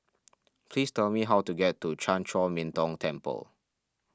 please tell me how to get to Chan Chor Min Tong Temple